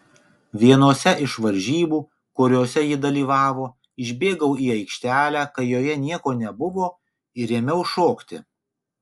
vienose iš varžybų kuriose ji dalyvavo išbėgau į aikštelę kai joje nieko nebuvo ir ėmiau šokti